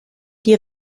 die